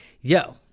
Yo